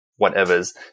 whatevers